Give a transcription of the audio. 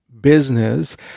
business